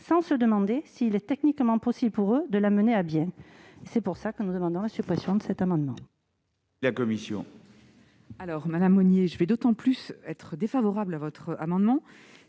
sans se demander s'il est techniquement possible pour eux de la mener à bien. C'est pourquoi nous demandons la suppression de cet article. Quel est l'avis de la commission ? Madame Monier, je serai d'autant plus défavorable à votre amendement